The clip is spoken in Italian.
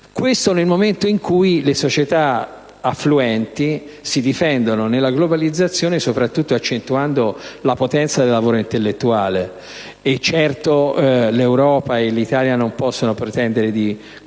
questo nel momento in cui le società affluenti si difendono nella globalizzazione soprattutto accentuando la potenza del lavoro intellettuale. E certo, l'Europa e l'Italia non possono pretendere di competere